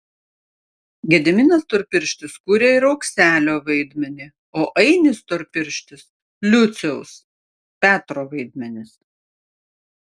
gediminas storpirštis kuria ir aukselio vaidmenį o ainis storpirštis liuciaus petro vaidmenis